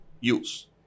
use